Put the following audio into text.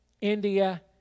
India